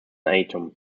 atom